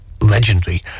legendary